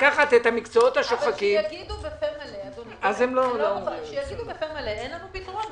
אבל שיגידו בפה מלא: אין לנו פתרון.